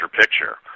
picture